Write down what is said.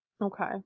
Okay